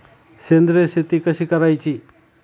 सेंद्रिय शेती कशी करायची?